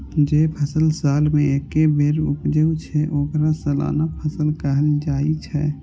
जे फसल साल मे एके बेर उपजै छै, ओकरा सालाना फसल कहल जाइ छै